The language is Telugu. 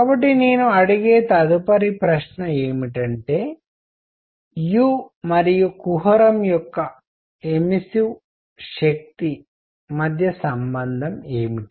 కాబట్టి నేను అడిగే తదుపరి ప్రశ్న ఏమిటంటే u మరియు కుహరం యొక్క ఎమిసివ్ శక్తి మధ్య సంబంధం ఏమిటి